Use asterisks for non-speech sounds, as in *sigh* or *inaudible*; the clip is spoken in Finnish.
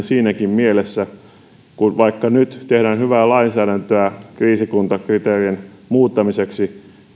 *unintelligible* siinäkin mielessä että vaikka nyt tehdään hyvää lainsäädäntöä kriisikuntakriteerien muuttamiseksi